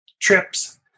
trips